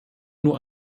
nur